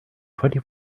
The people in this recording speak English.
twenty